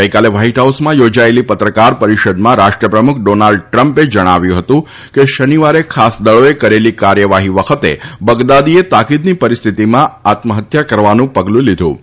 ગઈકાલે વ્હાઈટ હાઉસમાં યોજાયેલી પત્રકાર પરિષદમાં રાષ્ટ્રપ્રમુખ ડોનાલ્ડ ટ્રમ્પે જણાવ્યું હતું કે શનિવારે ખાસ દળોએ કરેલી કાર્યવાહી વખતે બગદાદીએ તાકીદની પરિસ્થિતિમાં આત્મહત્યા કરવાનું પગલું લીધું હતું